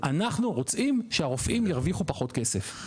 אנחנו רוצים שהרופאים ירוויחו פחות כסף.